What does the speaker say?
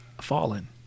Fallen